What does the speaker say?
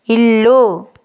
ఇల్లు